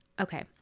okay